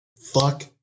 fuck